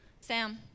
Sam